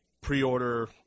pre-order